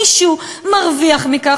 מישהו מרוויח מכך,